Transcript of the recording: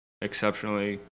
exceptionally